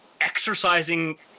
exercising